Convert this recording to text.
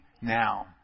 now